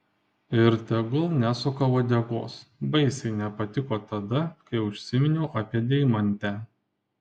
ir tegul nesuka uodegos baisiai nepatiko tada kai užsiminiau apie deimantę